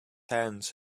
hands